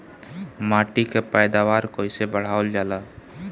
माटी के पैदावार कईसे बढ़ावल जाला?